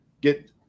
get